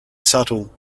subtle